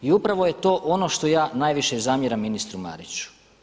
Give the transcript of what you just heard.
U upravo je to ono što ja najviše zamjeram ministru Mariću.